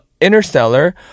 Interstellar